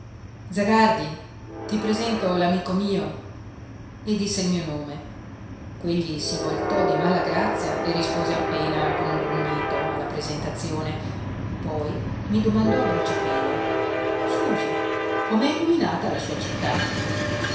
zagardi ti presento l'amico mio e disse il mio nome quegli si voltò di mala grazia e rispose appena con un grugnito alla presentazione poi mi domandò a bruciapelo scusi com'è illuminata la sua città